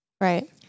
Right